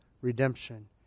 redemption